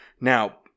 Now